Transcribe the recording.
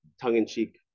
tongue-in-cheek